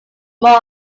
more